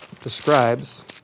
describes